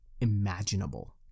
imaginable